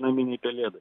naminei pelėdai